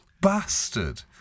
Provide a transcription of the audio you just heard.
Bastard